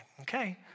okay